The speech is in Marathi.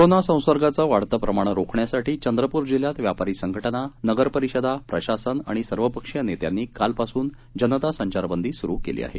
कोरोना संसर्गाचं वाढतं प्रमाण रोखण्यासाठी चंद्रपूर जिल्ह्यात व्यापारी संघटना नगरपरिषदा प्रशासन आणि सर्वपक्षीय नेत्यांनी कालपासून जनता संचारबंदी सुरू केली आहे